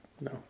No